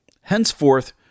henceforth